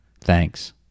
Thanks